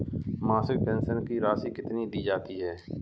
मासिक पेंशन की राशि कितनी दी जाती है?